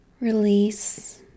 release